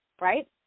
right